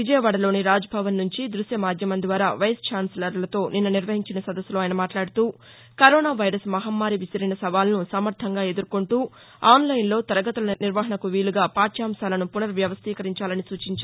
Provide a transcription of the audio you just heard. విజయవాడలోని రాజ్భవన్ నుంచి దృశ్య మాధ్యమం ద్వారా వైస్ ఛాన్సలర్లతో నిన్న నిర్వహించిన సదస్సులో ఆయన మాట్లాడుతూ కరోనా వైరస్ మహమ్మారి విసిరిన సవాలును సమర్ణంగా ఎదుర్కౌంటూ ఆన్లైన్లో తరగతుల నిర్వహణకు వీలుగా పాఠ్యాంశాలను పునర్ వ్యవస్దీకరించాలని సూచించారు